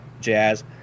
jazz